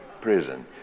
prison